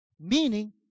meaning